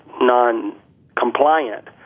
non-compliant